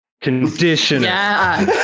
conditioner